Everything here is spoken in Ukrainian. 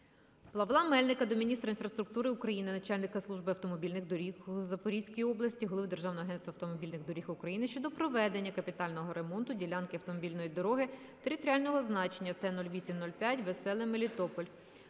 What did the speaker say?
Павла Мельника до міністра інфраструктури України, начальника Служби автомобільних доріг у Запорізькій області, голови Державного агентства автомобільних доріг України щодо проведення капітального ремонту ділянки автомобільної дороги територіального значення T-08-05 (Веселе - Мелітополь).